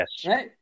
Yes